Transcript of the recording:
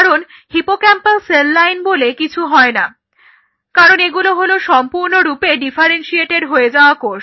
কারণ hippocampal cell line বলে কিছু হয় নাকারণ এগুলো হলো সম্পূর্ণরূপে ডিফারেন্সিয়েটেড হয়ে যাওয়া কোষ